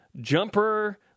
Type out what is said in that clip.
jumper